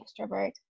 extrovert